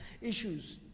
issues